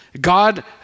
God